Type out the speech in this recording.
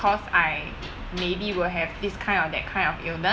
because I maybe will have this kind of that kind of illness